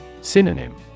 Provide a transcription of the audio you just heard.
Synonym